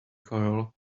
coil